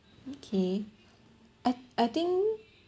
okay I I think